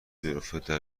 دورافتاده